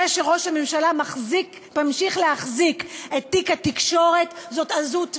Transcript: זה שראש הממשלה ממשיך להחזיק את תיק התקשורת זה עזות מצח.